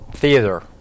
Theater